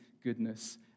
goodness